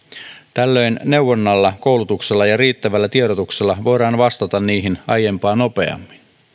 tällöin neuvonnalla koulutuksella ja riittävällä tiedotuksella voidaan vastata tarpeisiin aiempaa nopeammin